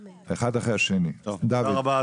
תודה רבה,